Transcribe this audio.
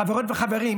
חברות וחברים,